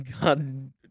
god